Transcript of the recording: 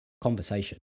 conversation